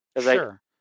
Sure